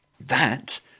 That